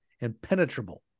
impenetrable